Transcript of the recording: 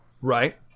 right